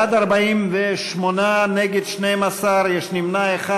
בעד, 48, נגד, 12, יש נמנע אחד.